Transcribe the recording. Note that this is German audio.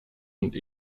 und